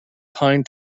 pine